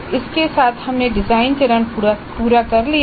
इसके साथ हमने डिजाइन चरण पूरा कर लिया है